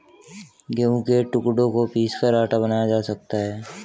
गेहूं के टुकड़ों को पीसकर आटा बनाया जा सकता है